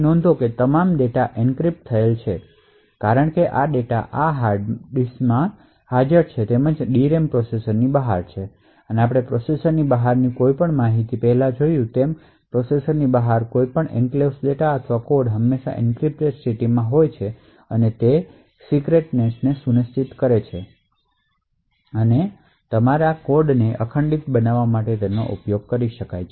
નોંધો કે આ તમામ ડેટા એન્ક્રિપ્ટ થયેલ છે કારણ કે આ ડેટા આ હાર્ડ ડિસ્ક માં હાજર છે તેમજ DRAM પ્રોસેસરની બહાર હાજર છે અને આપણે પ્રોસેસરની બહારની કોઈપણ માહિતી પહેલાં જોયું છે જે પ્રોસેસરની બહાર હાજર કોઈપણ એન્ક્લેવ્સ ડેટા અથવા કોડ હંમેશાં એન્ક્રિપ્ટેડ સ્થિતિમાં હોય છે આ ગુપ્તતાને સુનિશ્ચિત કરે છે અને અખંડિતતા બનાવવા માટે પણ તેનો ઉપયોગ કરી શકાય છે